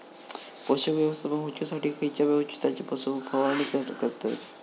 पोषक व्यवस्थापन होऊच्यासाठी खयच्या औषधाची फवारणी करतत?